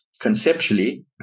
conceptually